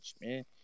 man